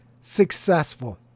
successful